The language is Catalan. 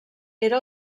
era